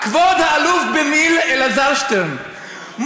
כבוד האלוף במיל' אלעזר שטרן,